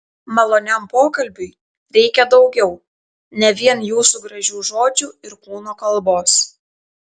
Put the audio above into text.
maloniam pokalbiui reikia daugiau ne vien jūsų gražių žodžių ir kūno kalbos